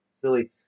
silly